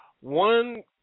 One